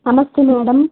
నమస్తే మేడం